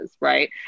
right